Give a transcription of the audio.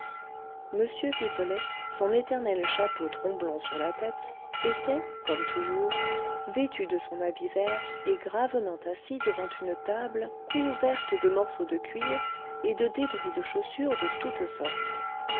m pipelet son éternel chapeau tromblon sur la tête était comme toujours vêtu de son habit vert et gravement assis devant une table couverte de morceaux de cuir et de débris de chaussures de toutes sortes